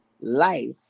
life